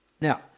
Now